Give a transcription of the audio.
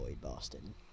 boston